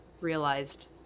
realized